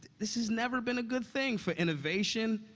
this has never been a good thing for innovation,